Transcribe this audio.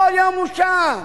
כל יום הוא שם.